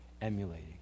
emulating